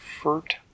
fruit